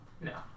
No